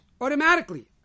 automatically